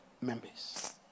members